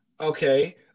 Okay